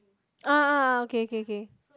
ah ah ah okay okay okay